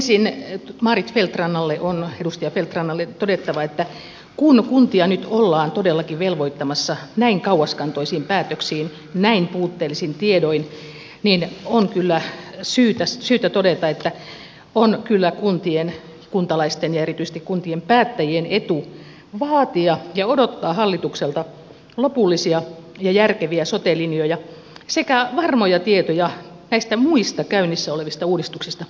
ensin edustaja maarit feldt rannalle on todettava että kun kuntia nyt ollaan todellakin velvoittamassa näin kauaskantoisiin päätöksiin näin puutteellisin tiedoin niin on kyllä syytä todeta että on kyllä kuntien kuntalaisten ja erityisten kuntien päättäjien etu vaatia ja odottaa hallitukselta lopullisia ja järkeviä sote linjoja sekä varmoja tietoja näistä muista käynnissä olevista uudistuksista